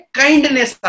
kindness